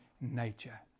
nature